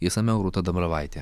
išsamiau rūta dambravaitė